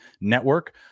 Network